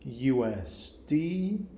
USD